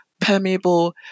permeable